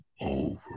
over